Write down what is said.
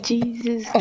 Jesus